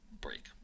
break